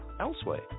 elsewhere